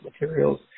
materials